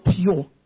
pure